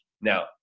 now